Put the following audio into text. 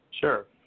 Sure